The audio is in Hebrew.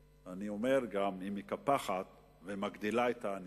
ואני אומר גם, היא מקפחת ומגדילה את מספר העניים.